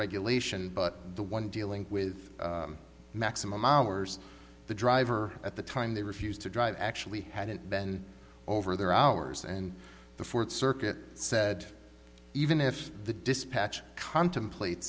regulation but the one dealing with maximum hours the driver at the time they refused to drive actually had it bend over their hours and the fourth circuit said even if the dispatch contemplate